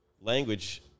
language